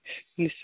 निश्चित